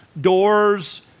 doors